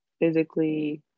physically